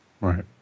Right